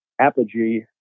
apogee